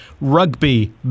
rugby